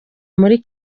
muri